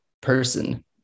person